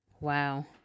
Wow